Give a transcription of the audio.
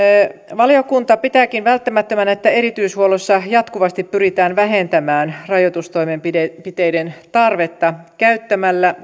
valiokunta pitääkin välttämättömänä että erityishuollossa jatkuvasti pyritään vähentämään rajoitustoimenpiteiden tarvetta käyttämällä